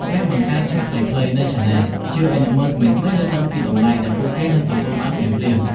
ការបង្កើត ឈុតខ្លីៗ នៃឆានែល ជួយឱ្យអ្នកមើលថ្មីៗយល់ដឹងពីតម្លៃដែលពួកគេនឹងទទួលបានភ្លាមៗ។